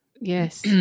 Yes